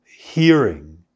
hearing